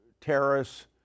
terrorists